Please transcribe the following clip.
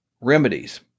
remedies